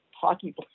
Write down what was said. hockey